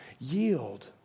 yield